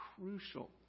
crucial